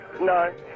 No